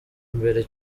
mbere